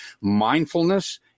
mindfulness